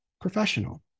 professional